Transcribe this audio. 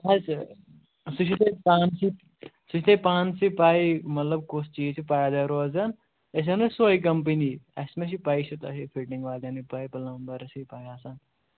ہۅتہِ سُہ چھُ تۄہہِ پانسٕے سُہ چھُ تۄہہِ پانسٕے پَے مطلب کُس چیٖز چھُ پایدار روزان أسۍ اَنو سۄے کَمپٔنی اَسہِ ما چھِ پَے یہِ چھِ تۄہے فِٹِنٛگ والٮ۪نٕے پےَ پُلمبرسٕے پَے آسان